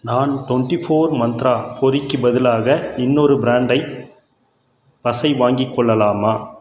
நான் twenty four Mantra பொரிக்கு பதிலாக இன்னொரு ப்ராண்டை பசை வாங்கிக் கொள்ளலாமா